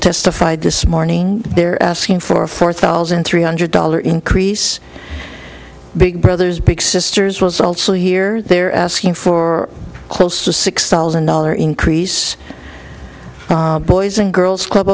testified this morning they're asking for a four thousand three hundred dollar increase big brothers big sisters was also here they're asking for close to six thousand dollar increase boys and girls club